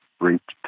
reached